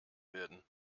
werden